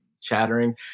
chattering